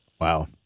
Wow